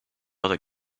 other